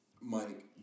Mike